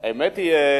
האמת היא,